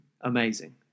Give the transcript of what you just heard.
Amazing